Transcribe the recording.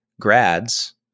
grads